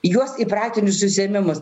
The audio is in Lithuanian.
juos į praktinius užsiėmimus